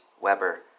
Weber